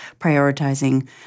prioritizing